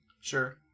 Sure